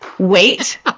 Wait